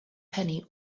penny